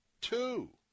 Two